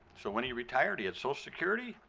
so when he retired, he had social security,